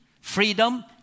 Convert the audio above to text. freedom